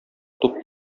туп